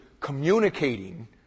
communicating